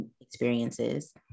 experiences